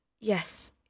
Yes